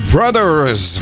Brothers